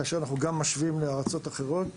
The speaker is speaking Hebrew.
כאשר אנחנו גם משווים לארצות אחרות.